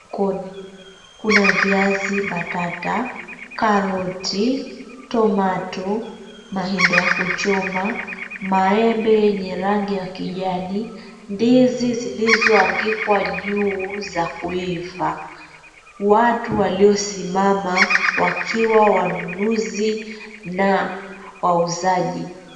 Sokoni, kuna viazi batata, karoti, tomato, mahindi yakuchoma, maembe yenye rangi ya kijani, ndizi zilizoangikwa juu za kuiva. Watu waliosimama wakiwa wanunuzi na wauzaji.